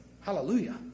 Hallelujah